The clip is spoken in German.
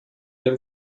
dem